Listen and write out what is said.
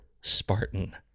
Spartan